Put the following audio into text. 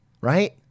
right